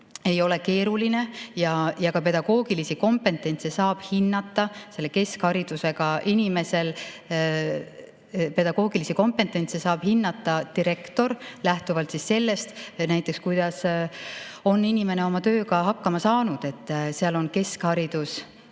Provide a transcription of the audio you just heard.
ei ole keeruline. Ja ka pedagoogilisi kompetentse saab hinnata keskharidusega inimestel. Pedagoogilisi kompetentse saab hinnata direktor lähtuvalt sellest, kuidas on inimene oma tööga hakkama saanud. Nõuded on keskharidus